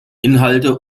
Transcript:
inhalte